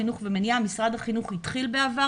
חינוך ומניעה: משרד החינוך התחיל בעבר.